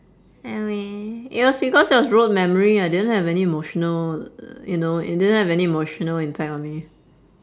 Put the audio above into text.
I mean it was because it was rote memory I didn't have any emotional you know it didn't have any emotional impact on me